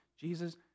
Jesus